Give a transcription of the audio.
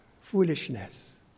foolishness